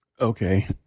Okay